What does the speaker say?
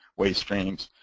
waste streams,